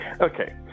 Okay